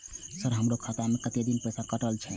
Sir हमारो खाता में कतेक दिन पैसा कटल छे?